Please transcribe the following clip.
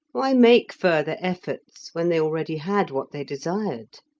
why make further efforts when they already had what they desired?